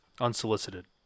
Unsolicited